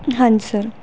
ਹਾਂਜੀ ਸਰ